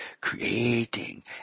creating